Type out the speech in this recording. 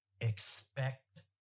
expect